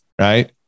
right